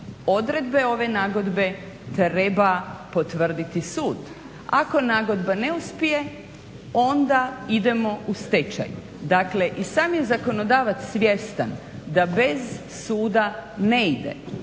"odredbe ove nagodbe treba potvrditi sud. Ako nagodba ne uspije onda idemo u stečaj". Dakle i sam je zakonodavac svjestan da bez suda ne ide.